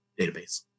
database